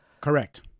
correct